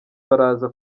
baraza